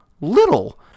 little